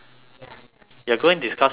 you're going to discuss about like